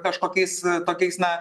kažkokiais tokiais na